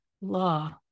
law